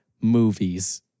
movies